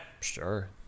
Sure